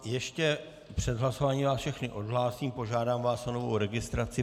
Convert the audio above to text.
Ještě před hlasováním vás všechny odhlásím, požádám vás o novou registraci.